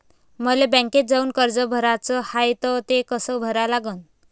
मले बँकेत जाऊन कर्ज भराच हाय त ते कस करा लागन?